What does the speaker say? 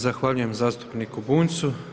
Zahvaljujem zastupniku Bunjcu.